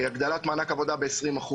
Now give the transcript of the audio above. הגדלת מענק עבודה ב-20%.